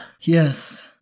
Yes